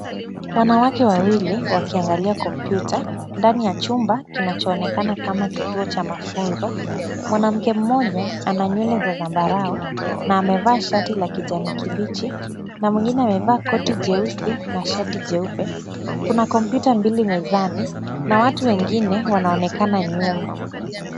Wanawake wawili wakiangalia kompyuta ndani ya chumba kinachoonekana kama kituo cha mafunzo. Mwanamke mmoja ana nywele ya zambarau na amevaa shati la kijani kibichi na mwingine amevaa koti jeusi na shati jeupe. Kuna kompyuta mbili mezani na watu wengine wanaonekana nyuma.